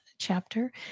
chapter